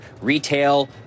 retail